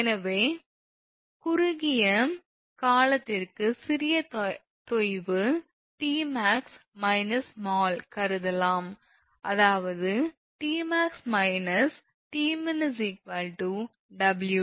எனவே குறுகிய காலத்திற்கு சிறிய தொய்வு 𝑇𝑚𝑎𝑥 − small கருதலாம் அதாவது 𝑇𝑚𝑎𝑥 − 𝑇𝑚𝑖𝑛 𝑊𝑑